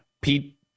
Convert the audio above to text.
Pete